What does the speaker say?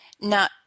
Now